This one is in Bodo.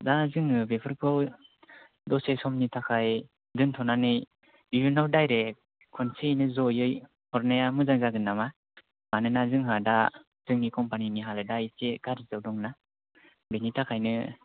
दा जोङो बेफोरखौ दसे समनि थाखाय दोन्थनानै इयुनाव दाइरेख खनसेयैनो जयै हरनाया मोजां जागोन नामा मानोना जोंहा दा जोंनि कम्पानिनि हालोदआ एसे गारजिआव दं ना बेनि थाखायनो